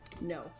No